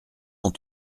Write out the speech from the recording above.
ont